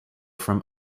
from